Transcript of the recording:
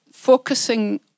focusing